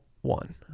One